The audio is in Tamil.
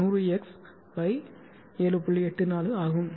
84 ஆகும்